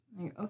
okay